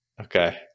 Okay